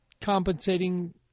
compensating